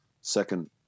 second